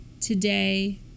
today